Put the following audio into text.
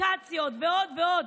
אפליקציות ועוד ועוד,